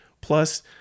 Plus